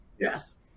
yes